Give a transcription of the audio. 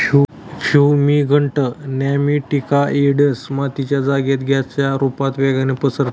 fumigant nematicides मातीच्या जागेत गॅसच्या रुपता वेगाने पसरतात